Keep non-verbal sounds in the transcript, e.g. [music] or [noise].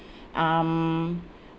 [breath] um